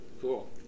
Cool